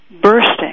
bursting